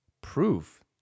proof